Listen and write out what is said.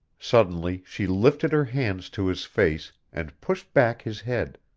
suddenly she lifted her hands to his face and pushed back his head,